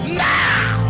now